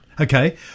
Okay